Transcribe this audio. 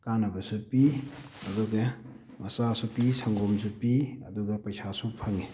ꯀꯥꯅꯕꯁꯨ ꯄꯤ ꯑꯗꯨꯒ ꯃꯆꯥꯁꯨ ꯄꯤ ꯁꯪꯒꯣꯝꯁꯨ ꯄꯤ ꯑꯗꯨꯒ ꯄꯩꯁꯥꯁꯨ ꯐꯪꯉꯤ